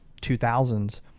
2000s